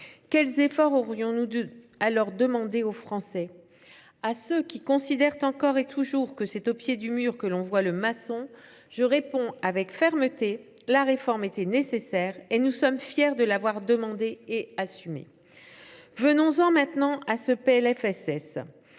Quels efforts aurions nous alors dû demander aux Français ? À ceux qui considèrent encore et toujours que c’est au pied du mur que l’on voit le maçon, je réponds avec fermeté : la réforme était nécessaire et nous sommes fiers de l’avoir demandée et assumée ! Tout à fait ! Venons